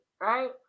right